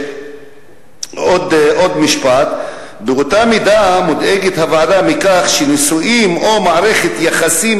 עוד משפט: באותה מידה מודאגת הוועדה מכך שנישואים או מערכת יחסים